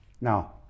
now